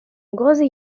угрозы